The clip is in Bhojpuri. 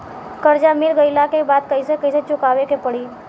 कर्जा मिल गईला के बाद कैसे कैसे चुकावे के पड़ी?